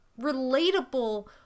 relatable